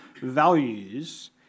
values